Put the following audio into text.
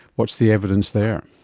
what's the evidence there?